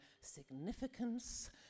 significance